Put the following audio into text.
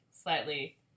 slightly